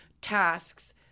tasks